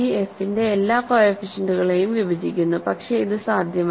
c f ന്റെ എല്ലാ കോഎഫിഷ്യന്റ്കളെയും വിഭജിക്കുന്നു പക്ഷേ ഇത് സാധ്യമല്ല